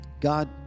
God